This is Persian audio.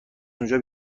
اونجا